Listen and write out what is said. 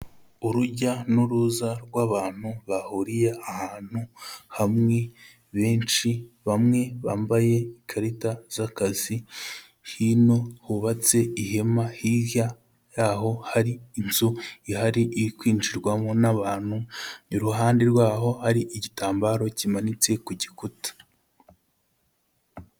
Urujya n'uruza rw'abantu bahuriye ahantu hamwe benshi, bamwe bambaye ikarita z'akazi, hino hubatse ihema, hirya yaho hari inzu ihari iri kwinjirwamo n'abantu, iruhande rwaho hari igitambaro kimanitse ku gikuta.